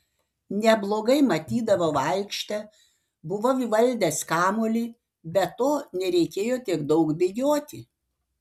neblogai matydavau aikštę buvau įvaldęs kamuolį be to nereikėjo tiek daug bėgioti